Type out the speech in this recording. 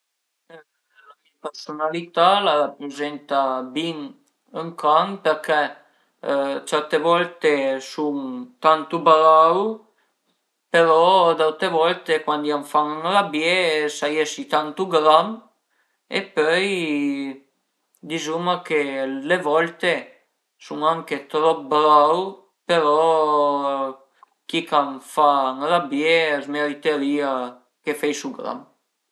La mia persunalità a la raprezenta bin ën can përché certe volte sun tantu brau però d'aute volte cuandi a më fan ënrabié sai esi tantu gram e pöi dizuma che d'le volte sun anche trop brau però chi ch'a më fa ënrabié a së meritarìa che föisu gram